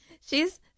She's-